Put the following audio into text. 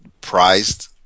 prized